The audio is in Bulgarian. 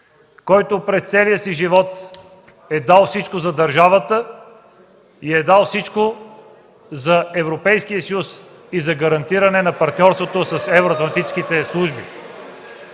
който през целия си живот е дал всичко за държавата, за Европейския съюз и за гарантиране на партньорството с Евроатлантическите служби.